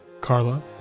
Carla